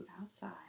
outside